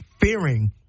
fearing